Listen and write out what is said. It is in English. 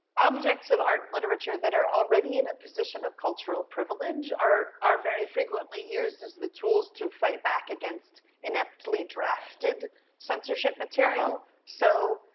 objects of art literature that are already in a position of cultural privilege are are very frequently used as the tools to fight back against ineptly drafted censorship material. so,